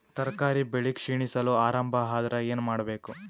ತರಕಾರಿ ಬೆಳಿ ಕ್ಷೀಣಿಸಲು ಆರಂಭ ಆದ್ರ ಏನ ಮಾಡಬೇಕು?